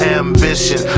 ambition